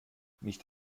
nicht